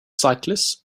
cyclists